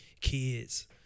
kids